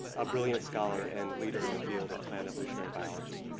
a brilliant scholar and leader in the field of plant evolutionary biology.